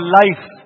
life